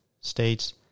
states